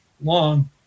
long